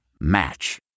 match